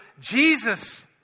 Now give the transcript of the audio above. Jesus